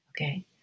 okay